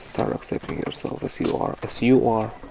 start accepting yourself as you are, as you are,